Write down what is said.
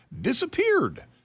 disappeared